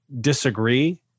disagree